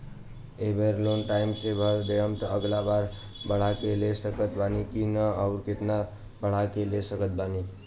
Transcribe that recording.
ए बेर loan time से भर देहम त अगिला बार बढ़ा के ले सकत बानी की न आउर केतना बढ़ा के ले सकत बानी?